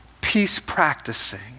peace-practicing